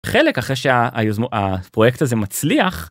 חלק אחרי שהיוזמות... הפרויקט הזה מצליח